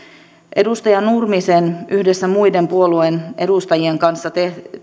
edustaja nurmisen yhdessä muiden puolueiden edustajien kanssa